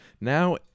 Now